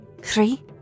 Three